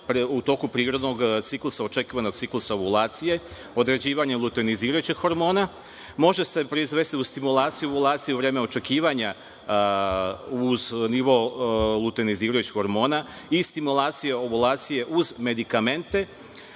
u toku prirodnog ciklusa, očekivanog ciklusa ovulacije, određivanja luteinizirajućeg hormona, može se proizvesti uz stimulaciju ovulacije u vreme očekivanja uz nivo luteinizirajućeg hormona i stimulaciju ovulacije uz medikamente